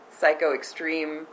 psycho-extreme